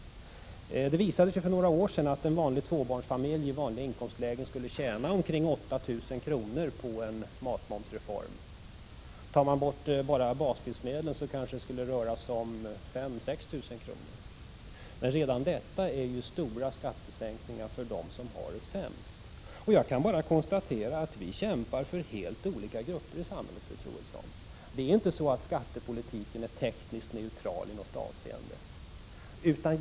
Det visade sig för några år sedan att tvåbarnsfamiljer i vanliga inkomstlägen skulle tjäna omkring 8 000 kr. på en matmomsreform. Tar man bort momsen bara på baslivsmedlen, kanske det skulle röra sig om 5 000 eller 6 000 kr., men redan detta är stora skattesänkningar för dem som har det sämst. Jag kan bara konstatera att fru Troedsson och jag kämpar för helt olika grupper i samhället. Skattepolitiken är inte tekniskt neutral.